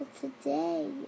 today